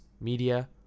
media